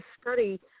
study